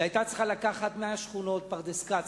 שהיה צריך לקחת מהשכונות פרדס-כץ,